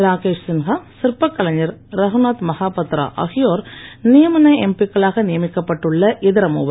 ராகேஷ் சின்ஹா சிற்ப கலைஞர் ரகுநாத் மகாபாத்ரா ஆகியோர் நியமன எம்பி க்களாக நியமிக்கப்பட்டு உள்ள இதர மூவர்